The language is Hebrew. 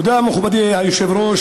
תודה, מכובדי היושב-ראש.